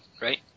right